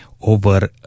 over